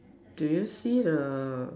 do you see the